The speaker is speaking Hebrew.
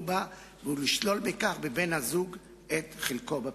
בה ולשלול בכך מבן-הזוג את חלקו בפנסיה.